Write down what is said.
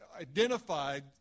identified